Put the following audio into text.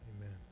Amen